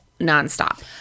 nonstop